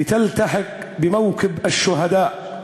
כדי שתצטרף לפמליית השהידים.